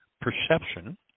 perception